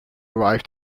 arrive